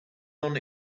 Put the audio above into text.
non